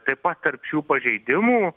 taip pat tarp šių pažeidimų